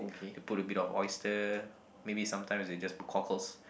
they put a bit of oyster maybe sometimes they just put cockles